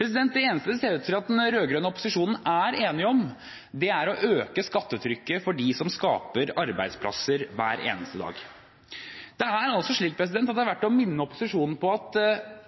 Det eneste det ser ut til at den rød-grønne opposisjonen er enig om, er å øke skattetrykket for dem som skaper arbeidsplasser hver eneste dag. Det er verdt å minne opposisjonen om at